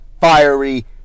fiery